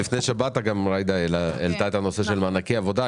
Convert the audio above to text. שבאת, ג'ידא העלתה את הנושא של מענקי עבודה.